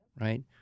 right